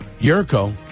Yurko